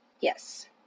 Yes